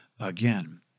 again